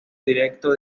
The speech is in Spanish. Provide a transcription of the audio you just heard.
directo